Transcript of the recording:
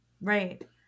Right